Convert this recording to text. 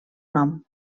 nom